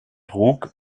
trug